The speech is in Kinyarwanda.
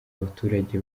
baturage